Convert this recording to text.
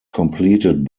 completed